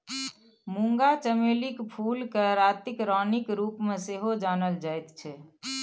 मूंगा चमेलीक फूलकेँ रातिक रानीक रूपमे सेहो जानल जाइत छै